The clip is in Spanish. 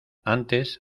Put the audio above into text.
antes